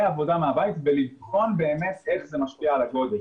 לעבודה מהבית ולבחון באמת איך זה משפיע על הגודש.